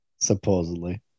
Supposedly